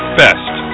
best